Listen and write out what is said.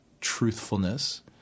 truthfulness